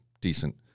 Decent